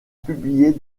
publiée